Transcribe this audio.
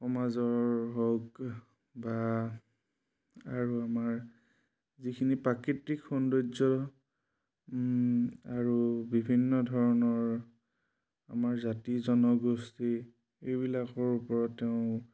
সমাজৰ হওক বা আৰু আমাৰ যিখিনি প্ৰাকৃতিক সৌন্দৰ্য আৰু বিভিন্ন ধৰণৰ আমাৰ জাতি জনগোষ্ঠী এইবিলাকৰ ওপৰত তেওঁ